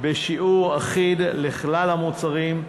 בשיעור אחיד לכלל המוצרים,